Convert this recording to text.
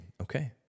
Okay